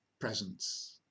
presence